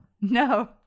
No